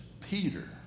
Peter